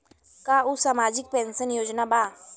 का उ सामाजिक पेंशन योजना बा?